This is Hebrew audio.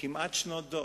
כמעט שנות דור.